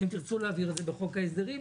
אתם תרצו להעביר את זה בחוק ההסדרים.